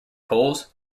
holes